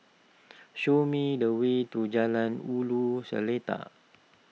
show me the way to Jalan Ulu Seletar